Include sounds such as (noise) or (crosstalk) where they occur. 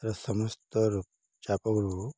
ସମସ୍ତ (unintelligible)